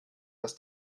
das